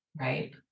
right